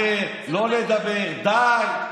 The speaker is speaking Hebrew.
לדבר, לא לדבר, די.